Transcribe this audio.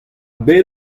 bet